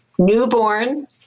newborn